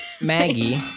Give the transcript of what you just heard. Maggie